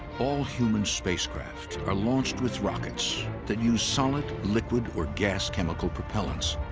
all human spacecrafts are launched with rockets that use solid, liquid, or gas chemical propellants,